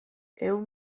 ehun